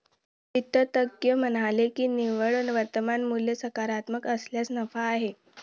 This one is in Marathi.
वित्त तज्ज्ञ म्हणाले की निव्वळ वर्तमान मूल्य सकारात्मक असल्यास नफा आहे